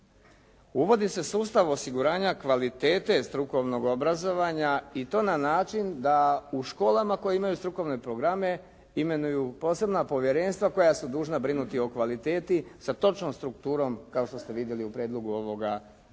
Uvodi se sustav osiguranja kvalitete strukovnog obrazovanja i to na način da u školama koje imaju strukovne programe imenuju posebna povjerenstva koja su dužna brinuti o kvaliteti sa točnom strukturom kao što ste vidjeli u prijedlogu ovoga zakona.